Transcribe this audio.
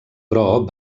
però